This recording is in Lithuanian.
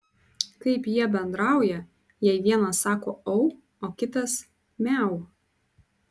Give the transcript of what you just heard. kaip jie bendrauja jei vienas sako au o kitas miau